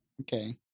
okay